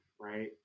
right